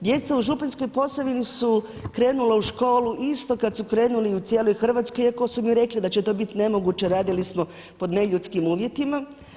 Djeca u Županjskoj Posavini su krenula u školu isto kada su krenuli i u cijeloj Hrvatskoj iako su mi rekli da će to biti nemoguće, radili smo pod neljudskim uvjetima.